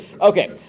okay